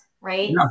right